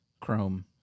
Chrome